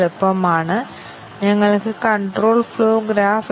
ഇത് ശരിയാകുമ്പോൾ ഫലം ശരിയാകും